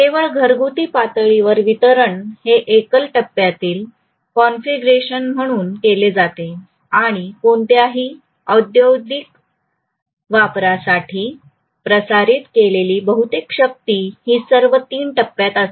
केवळ घरगुती पातळीवर वितरण हे एकल टप्प्यातील कॉन्फिगरेशन म्हणून केले जाते आणि कोणत्याही औद्योगिक वापरासाठी प्रसारित केलेली बहुतेक शक्ती ही सर्व 3 टप्प्यात असते